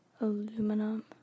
aluminum